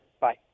Bye